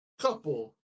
couple